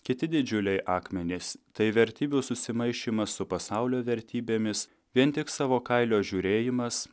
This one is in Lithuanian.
kiti didžiuliai akmenys tai vertybių susimaišymas su pasaulio vertybėmis vien tik savo kailio žiūrėjimas